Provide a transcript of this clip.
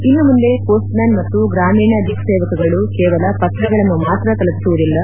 ಇನ್ನು ಮುಂದೆ ಪೋಸ್ಟ್ಮ್ಯಾನ್ ಮತ್ತು ಗ್ರಾಮೀಣ ದಿಕ್ ಸೇವಕ್ಗಳು ಕೇವಲ ಪತ್ರಗಳನ್ನು ಮಾತ್ರ ತಲುಪಿಸುವುದಿಲ್ಲ